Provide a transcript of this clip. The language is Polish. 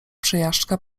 przejażdżka